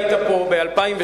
היית פה ב-2006,